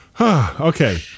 okay